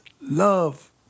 love